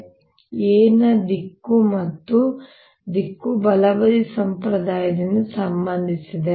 ಈಗ A ಯ ದಿಕ್ಕು ಮತ್ತು ದಿಕ್ಕು ಬಲಬದಿ ಸಂಪ್ರದಾಯದಿಂದ ಸಂಬಂಧಿಸಿದೆ